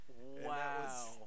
Wow